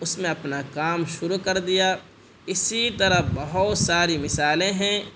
اس میں اپنا کام شروع کر دیا اسی طرح بہت ساری مثالیں ہیں